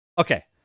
okay